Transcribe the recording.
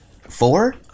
four